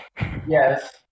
Yes